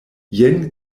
jen